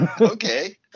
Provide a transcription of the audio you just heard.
Okay